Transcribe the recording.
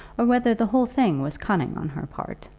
or whether the whole thing was cunning on her part.